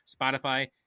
Spotify